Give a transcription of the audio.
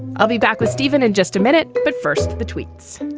i'll be back with stephen in just a minute. but first, the tweets,